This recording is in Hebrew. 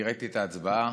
אני ראיתי את ההצבעה.